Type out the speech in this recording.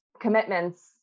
commitments